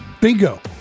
Bingo